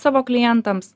savo klientams